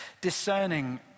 discerning